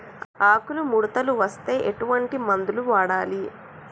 ఆకులు ముడతలు వస్తే ఎటువంటి మందులు వాడాలి?